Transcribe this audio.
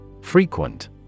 Frequent